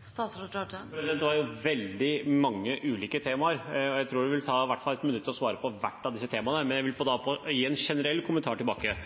Dette var veldig mange ulike temaer, og jeg tror det vil ta i hvert fall ett minutt å svare på hvert av disse temaene. Men jeg vil gjerne gi en generell kommentar tilbake.